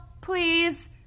please